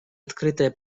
открытое